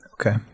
okay